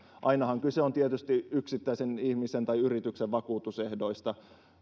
ainahan kyse on tietysti yksittäisen ihmisen tai yrityksen vakuutusehdoista